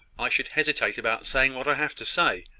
i should hesitate about saying what i have to say.